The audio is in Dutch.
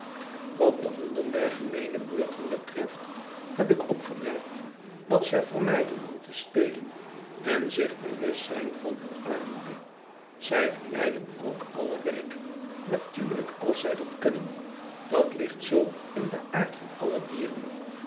wat de honden der gemeene buurten betreft heb ik opgemerkt dat ze vermijden om te spelen en zich bewust zijn van hun armoede zij vermijden ook alle werk natuurlijk als zij dat kunnen dat ligt zoo in den aard van alle dieren